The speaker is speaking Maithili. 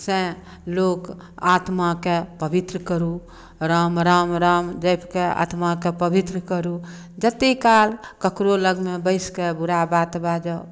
सँ लोक आत्माकेँ पवित्र करू राम राम राम जपि कऽ आत्माकेँ पवित्र करू जतेक काल ककरो लगमे बैसि कऽ बुरा बात बाजब